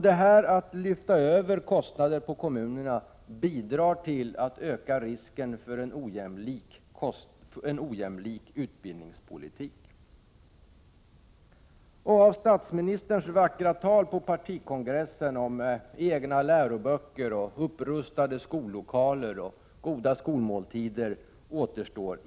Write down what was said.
Att man lyfter över kostnader på kommunerna bidrar till att öka risken för en ojämlik utbildningspolitik. Det återstår ingenting av statsministerns vackra tal på partikongressen om egna läroböcker, upprustade skollokaler och goda skolmåltider.